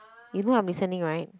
you know I'm listening right